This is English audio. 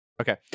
Okay